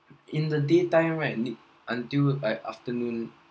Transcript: in the daytime right lead until like afternoon